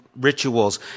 rituals